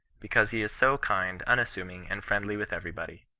because he is so kind, unas suming and friendly with every body.